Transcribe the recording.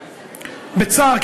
בצער,